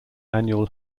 annual